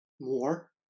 more